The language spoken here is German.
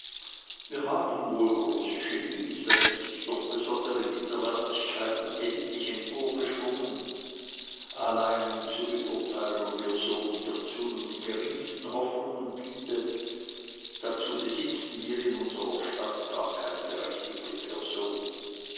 wir haben wohl große genies welche sich durch besondere widerwärtigkeiten endlich emporgeschwungen allein um zu beurteilen ob ihr sohn hiezu nur die geringsten hoffnungen biete dazu besitzen wir in unserer stadt gar keine berechtigte person